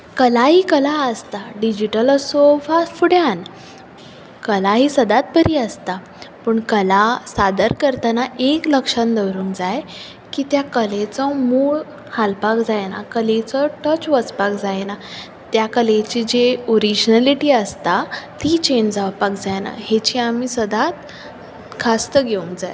कला ही कला आसतां डिजीटल असो वा फुड्यांत कला ही सदांच बरी आसता पूण कला सादर करतनां एक लक्ष्यान दवरुंक जाय की त्या कलेचो मूळ हालपाक जायना कलेचो टच वचपाक जायना त्या कलेची जी ओरिजीनेलिटी आसता ती चेंज जावपाक जायनां हेचें आमी सदांच खास्त घेवंक जाय